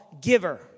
giver